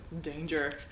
danger